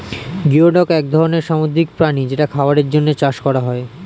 geoduck এক ধরনের সামুদ্রিক প্রাণী যেটা খাবারের জন্যে চাষ করা হয়